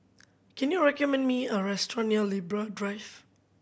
can you recommend me a restaurant near Libra Drive